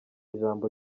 ijambo